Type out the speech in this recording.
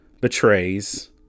betrays